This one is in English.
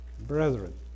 Brethren